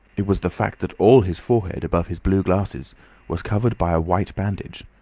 it was the fact that all his forehead above his blue glasses was covered by a white bandage,